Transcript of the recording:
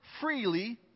freely